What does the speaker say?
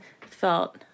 felt